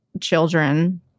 children